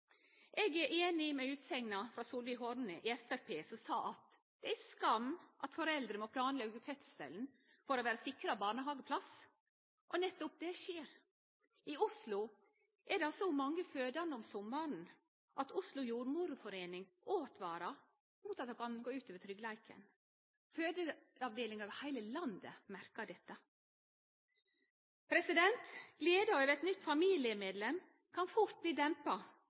Eg er einig i utsegna til Solveig Horne frå Framstegspartiet om at det er ei skam at foreldre må planleggje fødselen for å vere sikra barnehageplass. Og nettopp det skjer. I Oslo er det så mange fødande om sommaren at jordmorforeningen i Oslo åtvarar mot at det kan gå ut over tryggleiken. Fødeavdelingar over heile landet merkar dette. Gleda over eit nytt familiemedlem kan fort bli dempa